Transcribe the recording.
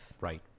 Right